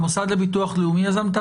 המוסד לביטוח לאומי.